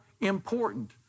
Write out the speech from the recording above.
important